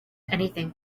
anything